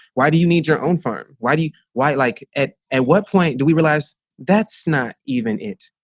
why do you need your own farm? why do you why like, at at what point do we realize that's not even it?